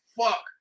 fuck